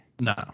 No